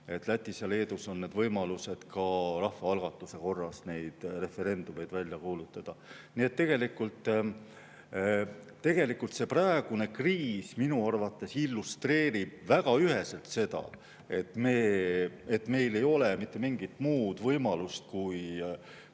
Lätis ja Leedus on võimalus ka rahvaalgatuse korras referendumeid välja kuulutada. See praegune kriis minu arvates illustreerib väga üheselt seda, et meil ei ole mitte mingit muud võimalust kui